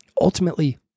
Ultimately